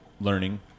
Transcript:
learning